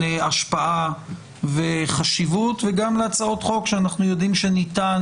השפעה וחשיבות וגם להצעות חוק שאנחנו יודעים שניתן